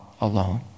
alone